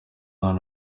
hano